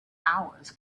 hours